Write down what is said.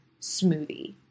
smoothie